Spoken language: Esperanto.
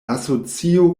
asocio